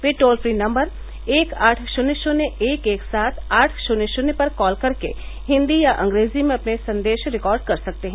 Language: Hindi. ये टोल फ्री नम्बर एक आठ शून्य शून्य एक एक सात आठ शून्य शून्य पर कॉल करके हिन्दी या अंग्रेजी में अपने संदेश रिकॉर्ड कर सकते हैं